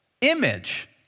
image